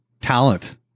talent